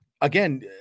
Again